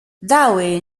dawe